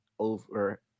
over